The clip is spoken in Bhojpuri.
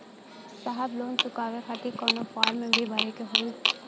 साहब लोन चुकावे खातिर कवनो फार्म भी भरे के होइ?